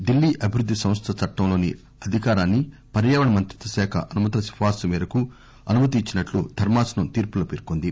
ఢిల్లీ అభివృద్ది సంస్థ చట్టంలోని అధికారాన్ని పర్యావరణ మంత్రిత్వశాఖ అనుమతుల సిఫార్పు మేరకు అనుమతి ఇచ్చినట్లు ధర్మాసనం తీర్పులో పేర్కొంది